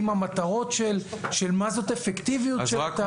עם המטרות של מה זאת אפקטיביות של תהליך.